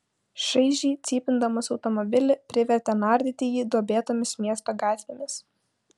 šaižiai cypindamas automobilį privertė nardyti jį duobėtomis miesto gatvėmis